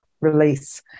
release